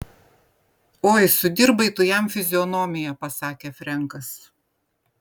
oi sudirbai tu jam fizionomiją pasakė frenkas